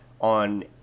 on